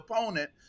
opponent